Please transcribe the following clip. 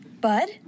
Bud